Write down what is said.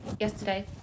yesterday